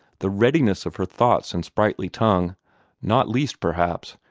the readiness of her thoughts and sprightly tongue not least, perhaps,